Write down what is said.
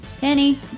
Penny